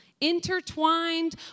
intertwined